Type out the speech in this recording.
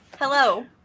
hello